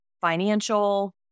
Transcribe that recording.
financial